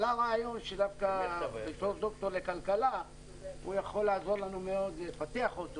עלה רעיון שבתור ד"ר לכלכלה הוא יכול לעזור לנו מאוד לפתח אותו